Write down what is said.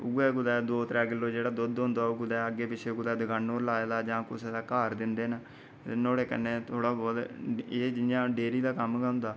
उ'ऐ कुदै दो त्रै किल्लो जेह्ड़ा दूद्ध होंदा कुदै अग्गै पिच्छे कुसै दुकानो उप्पर लाए दा जां कुसै दे घर दिंदे न ओह्दे कन्नै थोह्ड़ा बोह्त एह् जेह्ड़ा डेरी दा कम्म गै होंदा